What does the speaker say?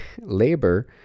labor